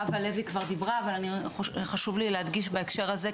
חוה לוי כבר דיברה וחשוב לי להדגיש בהקשר הזה,